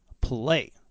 Play